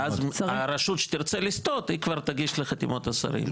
ואז הרשות שתרצה לסטות היא כבר תגיש לחתימות השרים.